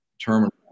terminal